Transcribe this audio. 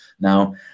Now